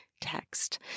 text